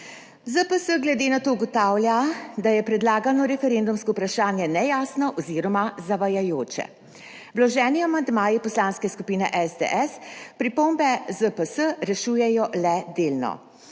ZPS glede na to ugotavlja, da je predlagano referendumsko vprašanje nejasno oziroma zavajajoče. Vloženi amandmaji Poslanske skupine SDS pripombe ZPS rešujejo le delno.